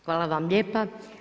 Hvala vam lijepa.